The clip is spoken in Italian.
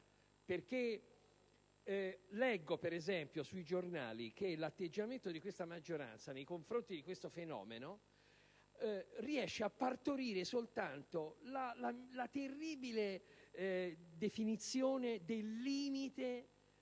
perché leggo, ad esempio, sui giornali che l'atteggiamento di questa maggioranza nei confronti di tale fenomeno riesce a partorire soltanto la terribile definizione del limite